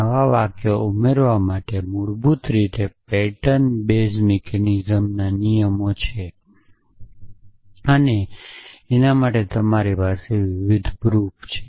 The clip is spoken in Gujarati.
નવા વાક્યો ઉમેરવા માટે મૂળભૂત રીતે પેટર્ન બેઝ મિકેનિઝમના નિયમો અને એના માટે તમારી પાસે વિવિધ પ્રુફ છે